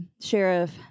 sheriff